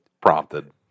prompted